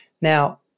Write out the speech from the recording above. now